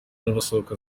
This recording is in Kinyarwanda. n’abasohoka